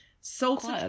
Salted